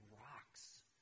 rocks